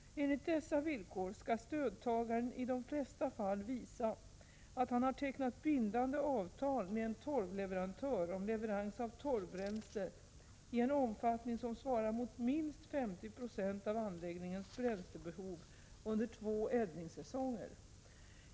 Enligt dessa villkor skall stödtagaren i de flesta fall visa att han tecknat bindande avtal med en torvleverantör om leverans av torvbränsle i en omfattning som svarar mot minst 50 26 av anläggningens bränslebehov under två eldningssäsonger.